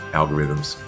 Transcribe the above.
algorithms